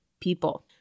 people